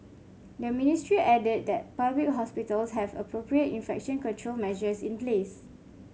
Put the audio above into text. the ministry added that public hospitals have appropriate infection control measures in place